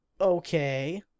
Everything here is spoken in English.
okay